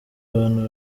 abantu